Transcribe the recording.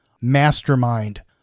MASTERMIND